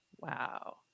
Wow